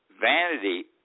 vanity